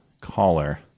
caller